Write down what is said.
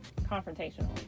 confrontational